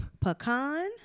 Pecan